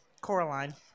Coraline